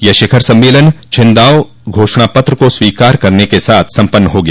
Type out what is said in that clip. यह शिखर सम्मेलन चिनदाओ घोषणा पत्र को स्वीकार करने के साथ सम्पन्न हो गया